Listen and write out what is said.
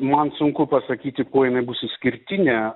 man sunku pasakyti kuo jinai bus išskirtinė